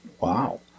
Wow